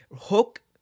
Hook